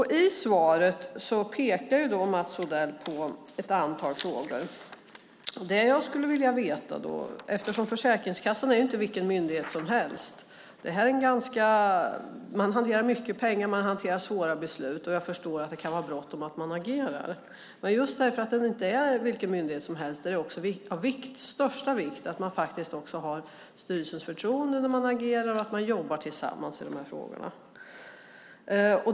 I svaret pekar Mats Odell på ett antal frågor. Försäkringskassan är ju inte vilken myndighet som helst. Man hanterar mycket pengar. Man hanterar svåra beslut. Jag förstår att det kan vara bråttom att agera. Men just eftersom det inte är vilken myndighet som helst är det av största vikt att man faktiskt också har styrelsens förtroende när man agerar och att man jobbar tillsammans i de här frågorna.